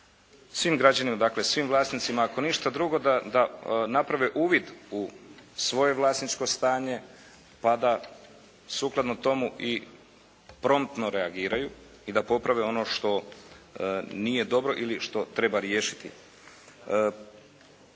svim građanima, dakle svim vlasnicima ako ništa drugo da naprave uvid u svoje vlasničko stanje, pa da sukladno tomu i promptno reagiraju i da poprave ono što nije dobro ili što treba riješiti.